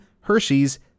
Hershey's